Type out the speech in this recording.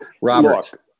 Robert